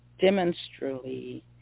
demonstrably